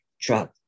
drug